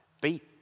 beat